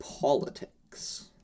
politics